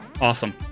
Awesome